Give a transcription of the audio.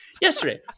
Yesterday